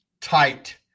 tight